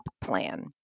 plan